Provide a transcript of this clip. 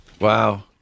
Wow